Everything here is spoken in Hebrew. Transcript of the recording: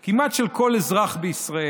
של כמעט כל אזרח בישראל,